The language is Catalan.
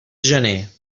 gener